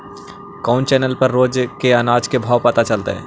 कोन चैनल पर रोज के अनाज के भाव पता चलतै?